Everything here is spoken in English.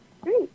great